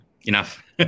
enough